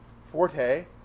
forte